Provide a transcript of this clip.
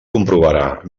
comprovarà